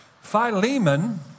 Philemon